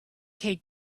take